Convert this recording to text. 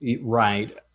Right